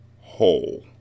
whole